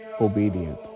obedient